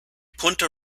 punta